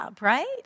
right